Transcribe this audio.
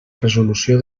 resolució